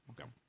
Okay